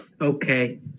Okay